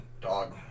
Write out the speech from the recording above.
dog